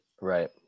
Right